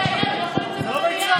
אין בעיה, אבל לא יכול להיות במליאה.